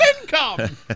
income